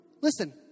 Listen